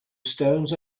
stones